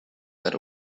that